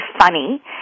funny